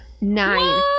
Nine